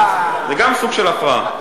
זה גם סוג של הפרעה.